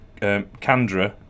Kandra